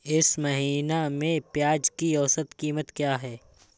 इस महीने में प्याज की औसत कीमत क्या है?